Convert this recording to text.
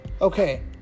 okay